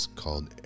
called